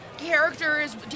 Characters